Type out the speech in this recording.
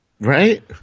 Right